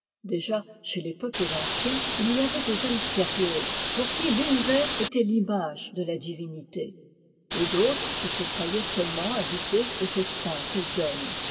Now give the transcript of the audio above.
déjà chez les peuples anciens il y avait des âmes sérieuses pour qui l'univers était l'image de la divinité et d'autres qui se croyaient seulement invitées au festin qu'elle donne